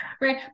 Right